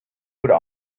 would